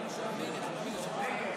נגד.